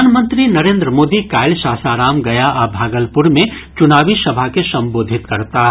प्रधानमंत्री नरेन्द्र मोदी काल्हि सासाराम गया आ भागलपुर मे चुनावी सभा के संबोधित करताह